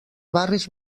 barris